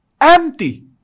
empty